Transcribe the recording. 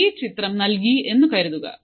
ഈ ചിത്രം നൽകി എന്ന് കരുതുക